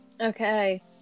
Okay